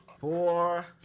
Four